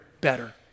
better